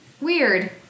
Weird